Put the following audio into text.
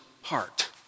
heart